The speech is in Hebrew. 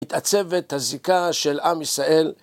מתעצבת הזיקה של עם ישראל.